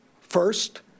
First